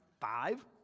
five